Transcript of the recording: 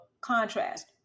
contrast